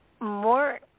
more